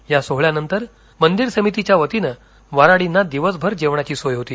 या सोहळ्यानंतर मंदिर समितीच्या वतीने वन्हाडींना दिवसभर जेवणाची सोय होती